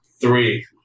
three